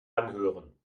anhören